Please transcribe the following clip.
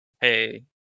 hey